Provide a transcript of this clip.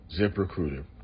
ZipRecruiter